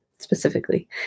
Specifically